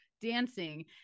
dancing